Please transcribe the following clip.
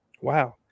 Wow